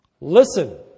Listen